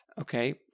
Okay